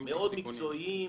מאוד מקצועיים,